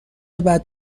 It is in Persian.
بعد